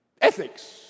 Ethics